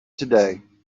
today